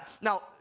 Now